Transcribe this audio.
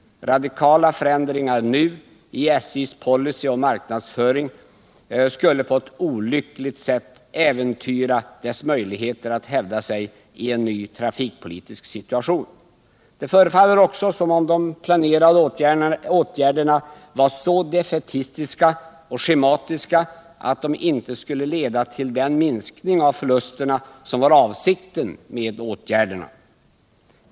Radikala förändringar nu i SJ:s policy och marknadsföring skulle på ett olyckligt sätt äventyra SJ:s möjligheter att hävda sig i en ny trafikpolitisk situation. Det förefaller också som om de planerade åtgärderna var så defaitistiska och schematiska att de inte skulle leda till den minskning av förlusterna som var avsikten med den.